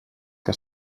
que